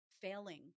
failing